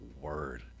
word